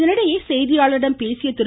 இதனிடையே செய்தியாளர்களிடம் பேசிய திரு